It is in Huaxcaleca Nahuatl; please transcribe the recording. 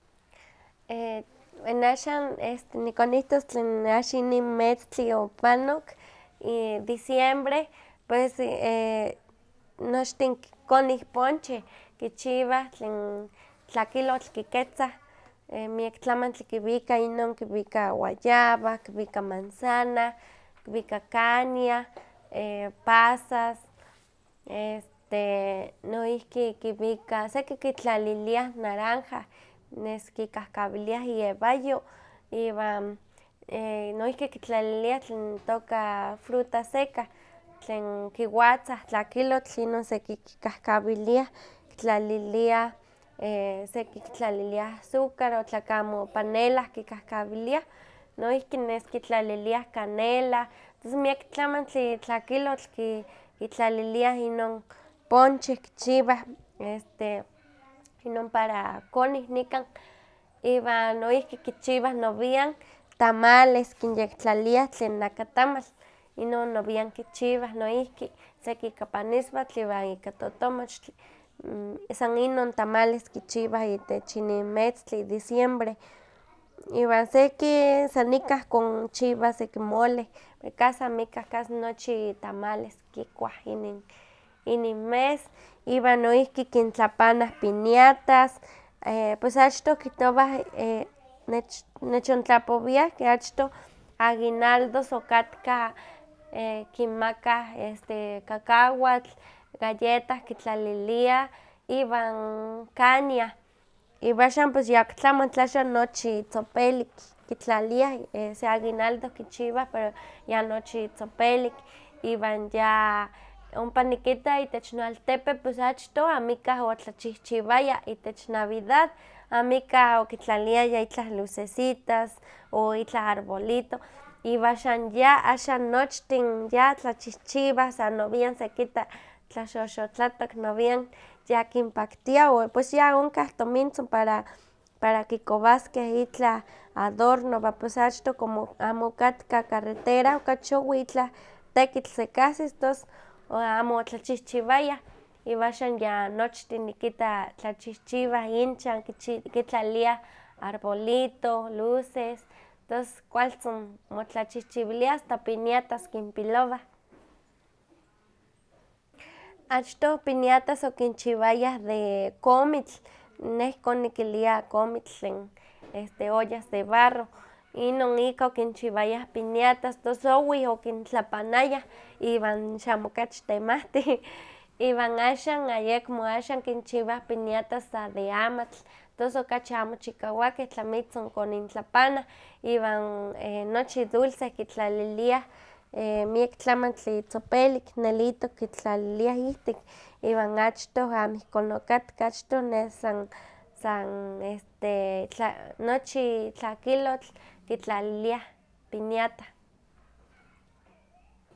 E- bueno axan este nikonihtos tlen axan inin metzli opanok diciembre pues nochtin konih poncheh kichiwah tlen tlakilotl kiketzah, miak tlamantli kiwika inon kiwika guayaba, kiwika manzana, kiwika caña, pasas, este noihki kiwika seki kitlalilia naranja, nes kikahkawiliah iewayo iwan noihki kitlaliliah tlen itoka fruta seca, tlen kiwatzah tlakilotl inon sekikahkawiliah kitlaliliah seki kitlaliliah azucar tlakamo panelah kikahkawiliah, noihki nes kitlaliliah canela, tos miak tlamantli tlakilotl ki kitlaliliah inon ponche kichiwah, este inon para konih nikan, iwan noihki kichiwah nowian tamales kinyektlaliah tlen nakatamal, inono nowian kichiwah noihki seki ika paniswatl iwa ika totomochtli, san inon tamales kichiwah itech inin metztli diciembre, iwan seki san nikah konchiwah seki mole, casi amika casi nochi tamales kikuah inin mes iwan noihki kintlapanah piñatas, pues achtoh kihtowa nech nechontlapowiah ke achtoh aguinaldos okatkah kinmakah kakawatl, galleta kitlaliliah iwan caña, iwan axan pues ya oktlamantli axan nochi tzopelik kitlaliliah se aguinaldo pero ya nochi tzopelik iwan ya ompa nikita itech noaltepe pues achtoh amikah otlachichiwaya itech navidad amikah otlatlaliaya lucesitas o itlah arbolito, iwan axan ya, axan nochtin ya tlachihchiwah sa nowian sekita tlaxoxotlatok nowian ya kinpaktia o pues ya onkah tomintzin para para kikowaskeh itlah adorno iwan pues achtoh como amo okatka carretera okachi owih itlah tekitl sekahsis tos o amo otlachihchiwaya iwan axan ya nochtin nikita tlachihchiwa inchan, ki kitlaliah arbolito, luces, tos kualtzin motlachichiwiliah asta piñatas kinpilowah. Achtoh piñatas okinchiwayah de komitl, neh ihkon nikilia komitl tlen este ollas de barro, inon ika okinchiwayah piñatas tos owih okintlapanayah iwan xamo okachi temahtih, iwan axan ayekmo axan kinchiwah piñatas sa de amatl, tos okachi amo chikawakeh tlamitzin konintlapanah, iwan nochi dulce kitlaliliah miak tlamantli tzopelik nelitok kitlaliliah ihtik iwan achtoh amo ihkon okatka, achtohh nes san san este itla nochi tlakilotl kitlaliliah piñata.